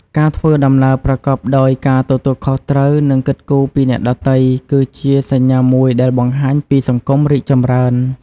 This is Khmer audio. ការធ្វើដំណើរប្រកបដោយការទទួលខុសត្រូវ និងគិតគូរពីអ្នកដទៃគឺជាសញ្ញាមួយដែលបង្ហាញពីសង្គមរីកចម្រើន។